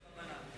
מדרבנן.